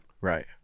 Right